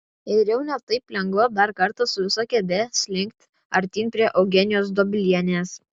ir jau ne taip lengva dar kartą su visa kėde slinkt artyn prie eugenijos dobilienės